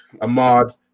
Ahmad